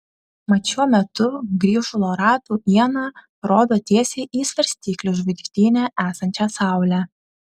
mat šiuo metu grįžulo ratų iena rodo tiesiai į svarstyklių žvaigždyne esančią saulę